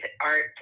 art